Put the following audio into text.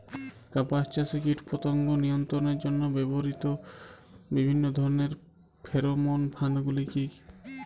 কাপাস চাষে কীটপতঙ্গ নিয়ন্ত্রণের জন্য ব্যবহৃত বিভিন্ন ধরণের ফেরোমোন ফাঁদ গুলি কী?